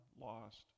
lost